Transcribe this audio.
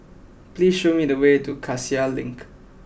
please show me the way to Cassia Link